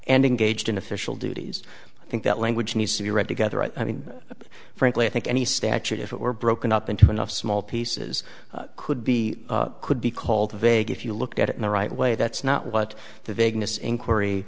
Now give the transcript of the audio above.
and engaged in official duties i think that language needs to be read together i mean frankly i think any statute if it were broken up into enough small pieces could be could be called vague if you looked at it in the right way that's not what the vagueness inquiry